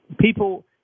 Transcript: People